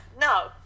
No